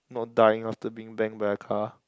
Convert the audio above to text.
not dying after being bang by a car